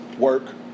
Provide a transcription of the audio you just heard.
Work